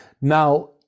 now